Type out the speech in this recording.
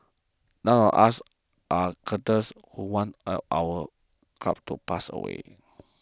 none of us are Cuddles would want any of our cats to pass away